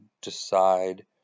decide